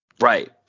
Right